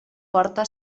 porta